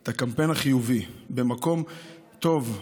את הקמפיין החיובי, במקום טוב.